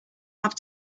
have